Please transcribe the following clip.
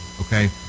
Okay